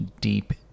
deep